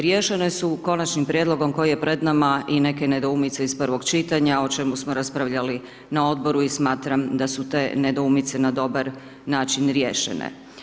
Riješene su Konačnim prijedlogom koji je pred nama i neke nedoumice iz prvog čitanja, o čemu smo raspravljali na Odboru i smatram da su te nedoumice na dobar način riješene.